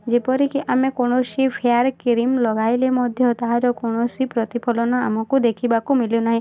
ଯେପରିକି ଆମେ କୌଣସି ଫେୟାର୍ କ୍ରିମ୍ ଲଗାଇଲେ ମଧ୍ୟ ତାହାର କୌଣସି ପ୍ରତିଫଳନ ଆମକୁ ଦେଖିବାକୁ ମିଲେ ନାହିଁ